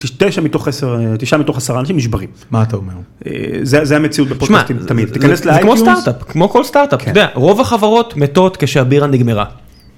תשע מתוך עשרה, תשעה מתוך עשרה אנשים נשברים. מה אתה אומר? זה המציאות בפוסט-טקטים תמיד. זה כמו סטארט-אפ, כמו כל סטארט-אפ. רוב החברות מתות כשהבירה נגמרה.